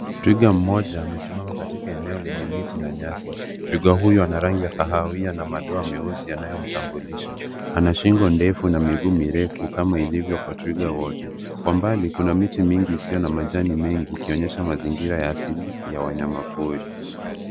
Twiga mmmoja amesimama katika eneo lenye miti na nyasi. Twiga huyu ana rangi ya kahawia na madoa meusi yanayomtambulisha. Ana shingo ndefu na miguu mirefu kama ilivyo kwa twiga wote. Kwa mbali kuna miti mingi isiyo na majani mengi ikionyesha mazingira ya asili ya wanyama pori.